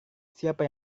siapa